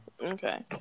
Okay